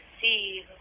see